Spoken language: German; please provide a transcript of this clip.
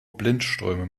blindströme